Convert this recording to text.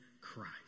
Christ